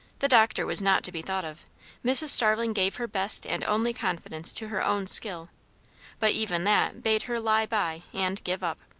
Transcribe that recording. the doctor was not to be thought of mrs. starling gave her best and only confidence to her own skill but even that bade her lie by and give up.